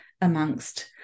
amongst